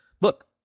look